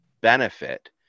benefit